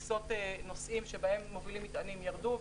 טיסות נוסעים שבהן מובילים מטענים ירדו,